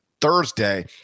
Thursday